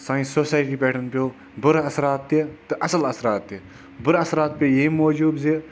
سانہِ سوسایٹی پٮ۪ٹھ پٮ۪و بُرٕ اَثرات تہِ تہٕ اَصٕل اَثرات تہِ بُرٕ اَثرات پےٚ ییٚمہِ موٗجوٗب زِ